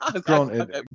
granted